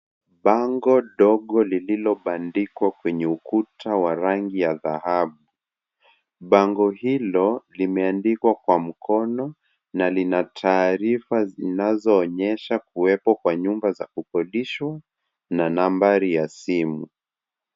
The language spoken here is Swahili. Bango dogo lililobandikwa kwenye ukuta wa rangi ya dhahabu . Bango hilo limeandikwa kwa mkono na lina taarifa zinazoonyesha kuwepo kwa nyumba za kukodishwa na nambari ya simu.